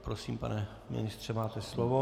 Prosím, pane ministře, máte slovo.